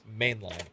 mainline